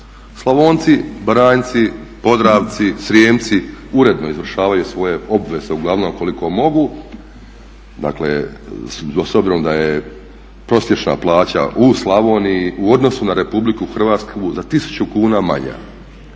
Slavonci, Baranjci, Podravci, Srijemci uredno izvršavaju svoje obveze, uglavnom koliko mogu. Dakle s obzirom da je prosječna plaća u Slavoniji u odnosu na Republiku Hrvatsku za 1000 kuna manja.